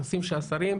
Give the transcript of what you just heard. רוצים שהשרים,